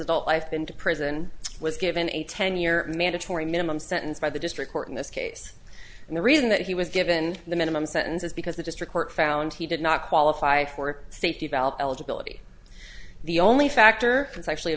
adult life into prison was given a ten year mandatory minimum sentence by the district court in this case and the reason that he was given the minimum sentence is because the district court found he did not qualify for safety valve eligibility the only factor was actually a